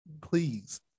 please